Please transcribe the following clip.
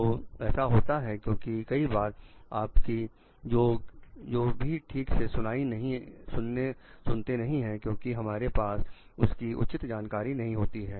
तो ऐसा होता है क्योंकि कई बार आपकी जो को ठीक से सुनते नहीं हैं क्योंकि हमारे पास उसकी उचित जानकारी नहीं होती है